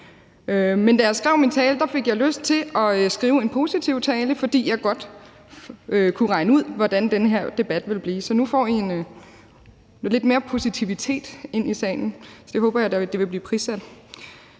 Men da jeg skrev min tale, fik jeg lyst til at skrive en positiv tale, fordi jeg godt kunne regne ud, hvordan den her debat ville blive. Så nu får I lidt mere positivitet ind i sagen, og det håber jeg at der vil blive sat